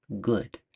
good